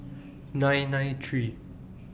nine nine three